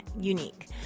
unique